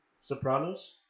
Sopranos